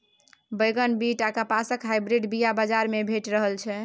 बैगन, बीट आ कपासक हाइब्रिड बीया बजार मे भेटि रहल छै